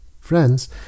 Friends